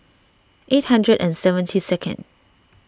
eight hundred and seventy second